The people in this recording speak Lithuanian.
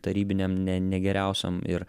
tarybinėm ne ne geriausiom ir